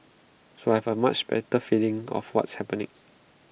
so I have A much better feeling of what's happening